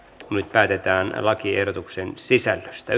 nyt päätetään lakiehdotuksen sisällöstä